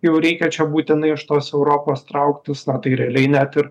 jau reikia čia būtinai iš tos europos trauktis na tai realiai net ir